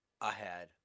ahead